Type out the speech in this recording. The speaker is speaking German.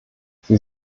sie